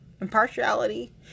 impartiality